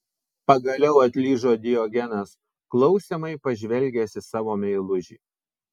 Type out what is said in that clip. pagaliau atlyžo diogenas klausiamai pažvelgęs į savo meilužį